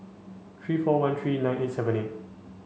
three four one three nine eight seven eight